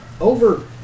over